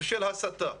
ושל הסתה.